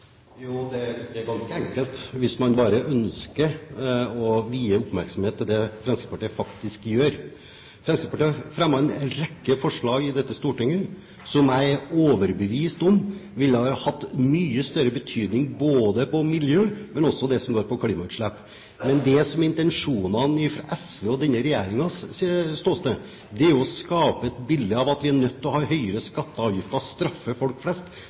Jo, det er ganske enkelt, hvis man bare ønsker å vie det Fremskrittspartiet faktisk gjør, oppmerksomhet. Fremskrittspartiet har fremmet en rekke forslag i dette stortinget som jeg er overbevist om ville hatt mye større betydning for miljøet, men også det som går på klimautslipp. Men det som er intensjonene fra SV og denne regjeringens ståsted, er å skape et bilde av at vi er nødt til å ha høyere skatter og avgifter – å straffe folk flest